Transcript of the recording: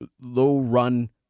low-run